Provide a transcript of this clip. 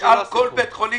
תשאל כל בית חולים,